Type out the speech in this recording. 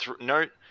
note